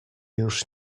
już